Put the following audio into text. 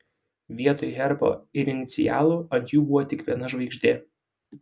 vietoj herbo ir inicialų ant jų buvo tik viena žvaigždė